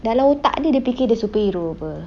dalam otak dia dia fikir dia superhero apa